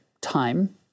time